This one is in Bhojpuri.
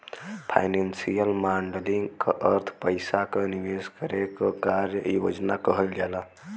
फाइनेंसियल मॉडलिंग क अर्थ पइसा क निवेश करे क कार्य योजना कहल जाला